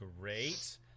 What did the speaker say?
Great